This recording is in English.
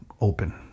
open